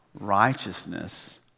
righteousness